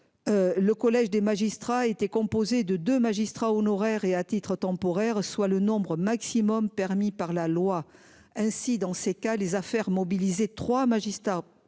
Le collège des magistrats était composé de deux magistrats honoraires et à titre temporaire, soit le nombre maximum permis par la loi, ainsi dans ces cas les affaires mobilisé 3 magistrats